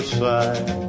side